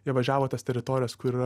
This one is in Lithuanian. jie važiavo tas teritorijas kur